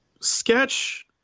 Sketch